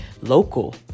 local